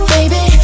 Baby